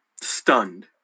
Stunned